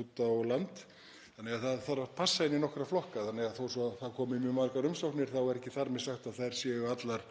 Þetta þarf því að passa inn í nokkra flokka þannig að þó svo að það komi mjög margar umsóknir er ekki þar með sagt að þær séu allar